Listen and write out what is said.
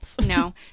No